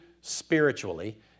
spiritually